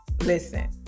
Listen